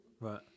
Right